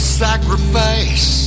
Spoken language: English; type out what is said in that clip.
sacrifice